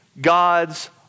God's